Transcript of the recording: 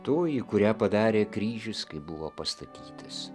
toji kurią padarė kryžius kai buvo pastatytas